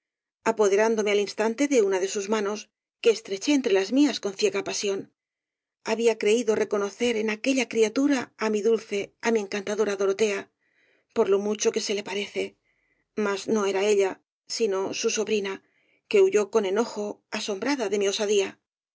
apoderándome al instante de una de sus manos que estreché entre las mías con ciega pasión plabía creído reconocer en aquella criatura á mi dulce á mi encantadora dorotea por lo mucho que se le parece mas no era ella sino su sobrina que huyó con enojo asombrada de mi osadía